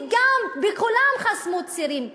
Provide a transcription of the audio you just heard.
וגם בכולן חסמו צירים ראשיים,